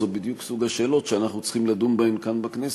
זה בדיוק סוג השאלות שאנחנו צריכים לדון בהן כאן בכנסת.